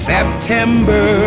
September